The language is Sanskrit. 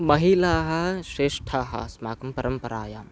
महिलाः श्रष्ठाः अस्माकं परम्परायाम्